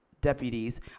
deputies